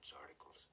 articles